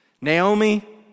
Naomi